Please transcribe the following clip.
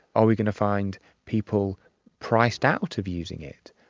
are we going to find people priced out of using it.